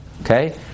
Okay